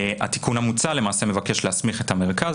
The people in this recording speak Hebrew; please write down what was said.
התיקון המוצע למעשה מבקש להסמיך את המרכז